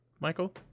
Michael